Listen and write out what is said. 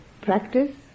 practice